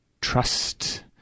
trust